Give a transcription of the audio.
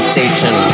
Station